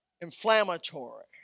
inflammatory